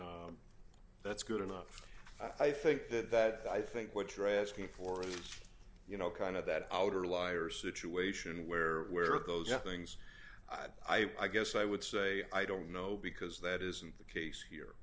work that's good enough i think that that i think what you're asking for is you know kind of that outer liar situation where where those things i guess i would say i don't know because that isn't the case here